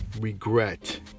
regret